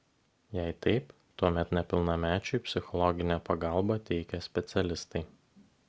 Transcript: jei taip tuomet nepilnamečiui psichologinę pagalbą teikia specialistai